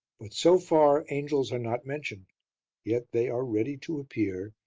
but so far angels are not mentioned yet they are ready to appear,